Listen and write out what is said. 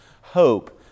hope